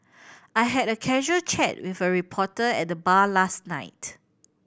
I had a casual chat with a reporter at the bar last night